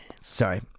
Sorry